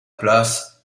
place